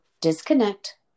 disconnect